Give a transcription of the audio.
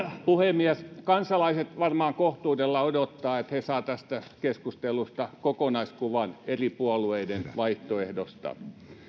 puhemies kansalaiset varmaan kohtuudella odottavat että he saavat tästä keskustelusta kokonaiskuvan eri puolueiden vaihtoehdoista